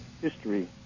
history